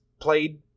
played